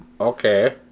Okay